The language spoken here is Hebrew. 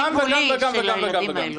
גם וגם וגם וגם.